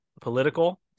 political